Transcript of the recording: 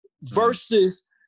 Versus